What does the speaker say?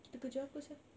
kita kerja apa sia